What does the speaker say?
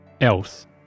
else